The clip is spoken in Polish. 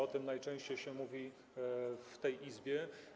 O tym najczęściej się mówi w tej Izbie.